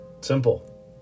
simple